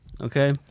Okay